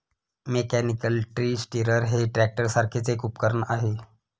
mechanical tree stirrer हे ट्रॅक्टरसारखेच एक उपकरण आहे